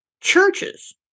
churches